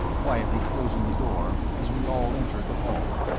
quietly closing the door as we all entered the hall.